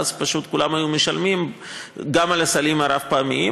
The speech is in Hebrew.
ואז כולם היו משלמים גם על הסלים הרב-פעמיים.